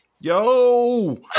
Yo